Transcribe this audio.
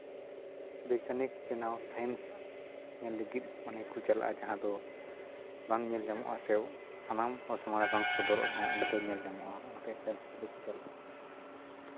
ᱵᱤᱜᱽᱜᱟᱱᱤ ᱵᱮᱱᱟᱣ ᱥᱟᱭᱮᱱᱥ ᱧᱮᱞ ᱞᱟᱹᱜᱤᱫ ᱢᱟᱱᱮ ᱠᱚ ᱪᱟᱞᱟᱜᱼᱟ ᱡᱟᱦᱟᱸ ᱫᱚ ᱵᱟᱝ ᱧᱮᱞ ᱧᱟᱢᱚᱜᱼᱟ ᱥᱮ ᱥᱟᱱᱟᱢ ᱦᱚᱲ ᱥᱟᱢᱟᱝᱨᱮ ᱵᱟᱝ ᱥᱚᱫᱚᱨᱚᱜ ᱨᱮᱦᱚᱸ ᱚᱸᱰᱮ ᱫᱚ ᱧᱮᱞ ᱧᱟᱢᱚᱜᱼᱟ ᱚᱱᱟᱛᱮ ᱥᱟᱭᱮᱱᱥ ᱥᱤᱴᱤ ᱫᱚᱠᱚ ᱪᱟᱞᱟᱜᱼᱟ